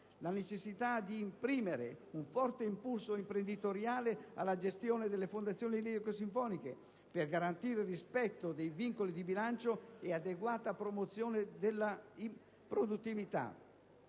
la necessità di imprimere un forte impulso imprenditoriale alla gestione delle fondazioni lirico-sinfoniche per garantire rispetto dei vincoli di bilancio e adeguata promozione della produttività;